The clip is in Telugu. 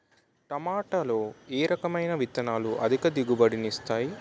టమాటాలో ఏ రకమైన విత్తనాలు అధిక దిగుబడిని ఇస్తాయి